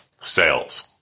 sales